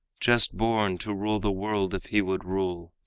just born, to rule the world if he would rule.